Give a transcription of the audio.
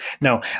No